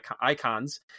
icons